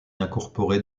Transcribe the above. incorporée